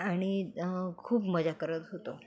आणि खूप मजा करत होतो